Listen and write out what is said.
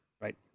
Right